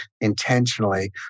intentionally